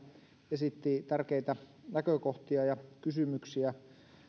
esitti tärkeitä näkökohtia ja kysymyksiä